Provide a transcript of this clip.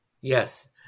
Yes